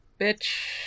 Bitch